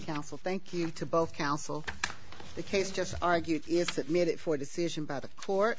counsel thank you to both counsel the case just argued is that made it for decision by the for